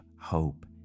hope